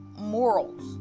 morals